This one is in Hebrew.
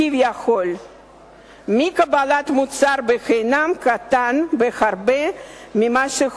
כביכול מקבלת מוצר בחינם קטן בהרבה ממה שהוא